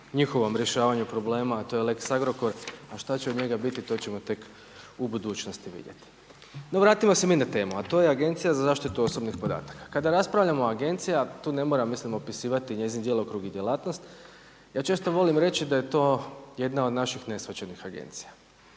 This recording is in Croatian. njihovom rješavanju problema, a to je lex Agrokor, a šta će od njega biti, to ćemo tek u budućnosti vidjeti. No vratimo se mi na temu, a to je Agencija za zaštitu osobnih podataka. Kada raspravljamo o agencija tu ne moram mislim opisivati njezin djelokrug i djelatnost, ja često volim reći da je to jedna od naših neshvaćenih agencija.